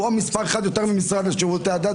הוא מספר אחד יותר ממשרד לשירותי הדת,